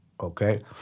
okay